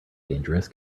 dangerous